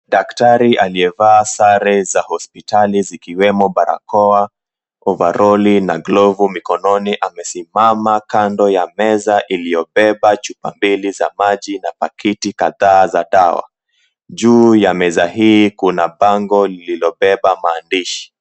Daktari aliyevaa sare za hospitali zikiwemo barakoa, ovaroli na glovu mkononi amesimama kando ya meza amebeba chupa mbili za maji na paketi mbili za dawa, juu ya meza hii kuna bango lililobeba mandishi.